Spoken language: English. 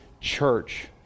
church